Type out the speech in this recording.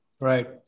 right